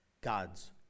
God's